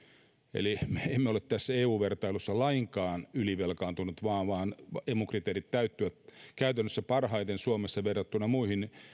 eli me emme ole tässä eu vertailussa lainkaan ylivelkaantuneita vaan vaan emu kriteerit täyttyvät käytännössä parhaiten suomessa verrattuna muihin